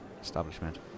establishment